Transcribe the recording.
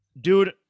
dude